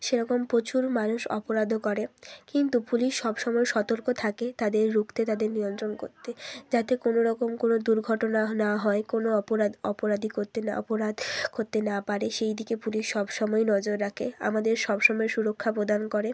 সেরকম প্রচুর মানুষ অপরাধও করে কিন্তু পুলিশ সবসময় সতর্ক থাকে তাদের রুখতে তাদের নিয়ন্ত্রণ করতে যাতে কোনোরকম কোনও দুর্ঘটনা না হয় কোনও অপরাধ অপরাধী করতে না অপরাধ করতে না পারে সেই দিকে পুলিশ সবসময় নজর রাখে আমাদের সবসময় সুরক্ষা প্রদান করে